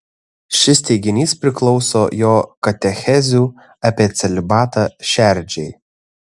šis teiginys priklauso jo katechezių apie celibatą šerdžiai